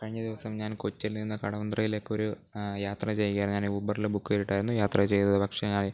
കഴിഞ്ഞ ദിവസം ഞാൻ കൊച്ചിയിൽ നിന്ന് കടവന്ത്രയിലേക്ക് ഒരു യാത്ര ചെയ്യുകയായിരുന്നു ഞാൻ ഊബറില് ബുക്കെയ്തിട്ടാരുന്നു യാത്ര ചെയ്തത് പക്ഷെ ഞാന്